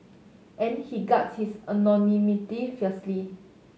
and he guards his anonymity fiercely